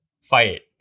fight